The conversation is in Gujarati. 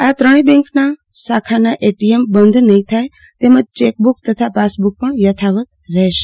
આ ત્રણેય બેંક શાખાના એટીએમ બંધ નહીં થાય ચેકબુક તથા પાસબુક યથાવત રહેશે